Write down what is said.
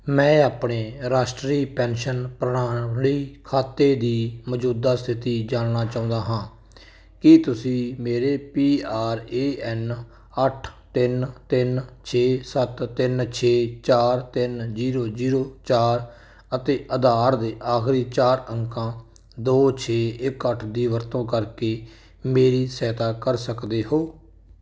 ਮੈਂ ਆਪਣੇ ਰਾਸ਼ਟਰੀ ਪੈਨਸ਼ਨ ਪ੍ਰਣਾਲੀ ਖਾਤੇ ਦੀ ਮੌਜੂਦਾ ਸਥਿਤੀ ਜਾਣਨਾ ਚਾਹੁੰਦਾ ਹਾਂ ਕੀ ਤੁਸੀਂ ਮੇਰੇ ਪੀ ਆਰ ਏ ਐੱਨ ਅੱਠ ਤਿੰਨ ਤਿੰਨ ਛੇ ਸੱਤ ਤਿੰਨ ਛੇ ਚਾਰ ਤਿੰਨ ਜ਼ੀਰੋ ਜ਼ੀਰੋ ਚਾਰ ਅਤੇ ਆਧਾਰ ਦੇ ਆਖਰੀ ਚਾਰ ਅੰਕਾਂ ਦੋ ਛੇ ਇੱਕ ਅੱਠ ਦੀ ਵਰਤੋਂ ਕਰਕੇ ਮੇਰੀ ਸਹਾਇਤਾ ਕਰ ਸਕਦੇ ਹੋ